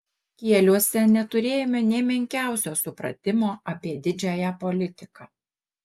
kieliuose neturėjome nė menkiausio supratimo apie didžiąją politiką